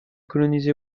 colonisée